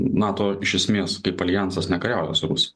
nato iš esmės kaip aljansas nekariauja su rusija